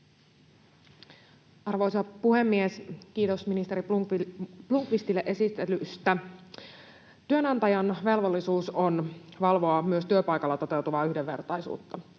Arvoisa puhemies! Kiitos ministeri Blomqvistille esittelystä. Työnantajan velvollisuus on valvoa myös työpaikalla toteutuvaa yhdenvertaisuutta.